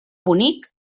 bonic